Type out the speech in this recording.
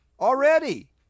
already